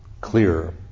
clearer